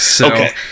Okay